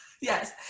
yes